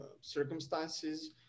circumstances